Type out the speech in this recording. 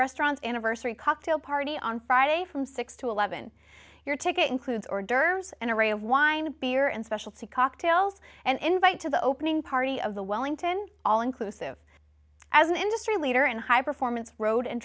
restaurants anniversary cocktail party on friday from six to eleven your ticket includes hors d'oeuvres an array of wine and beer and specialty cocktails and invite to the opening party of the wellington all inclusive as an industry leader in high performance road and